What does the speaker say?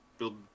build